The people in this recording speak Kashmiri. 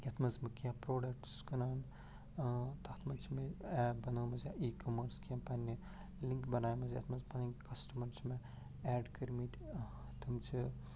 یَتھ منٛز بہٕ کیٚنہہ پروڈکٹ چھُس کٕنان تَتھ منٛز چھِ مےٚ ایپ بنٲومٕژ یا ای کامٲرٕس کیٚنہہ پَنٛنہِ لِنٛکہٕ بنٲیمَژ یَتھ منٛز پَنٕںۍ کَسٹَمَر چھِ مےٚ اٮ۪ڈ کٔرِمٕتۍ تم چھِ